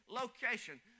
location